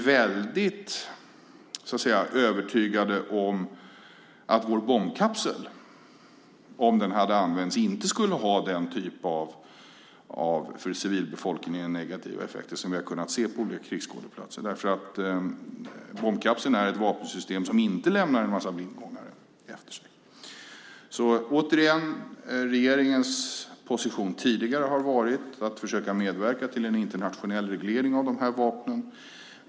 Vi är helt övertygade om att vår bombkapsel om den hade använts inte skulle ha den typ av negativa effekter för civilbefolkningen som vi har kunnat se på olika krigsskådeplatser. Bombkapseln är nämligen ett vapensystem som inte lämnar en massa blindgångare efter sig. Återigen: Regeringens position tidigare har varit att försöka medverka till en internationell reglering av dessa vapen.